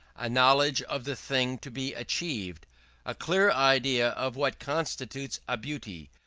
a knowledge of the thing to be achieved a clear idea of what constitutes a beauty,